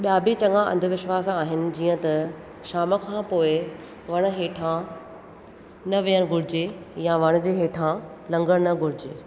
ॿिया बि चङा अंधविश्वास आहिनि जीअं त शाम खां पोइ वणु हेठां न वेहणु घुरिजे या वण जे हेठां लंघणु न घुरिजे